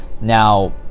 Now